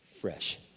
fresh